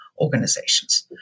organizations